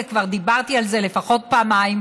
כי כבר דיברתי על זה לפחות פעמיים,